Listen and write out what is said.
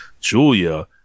Julia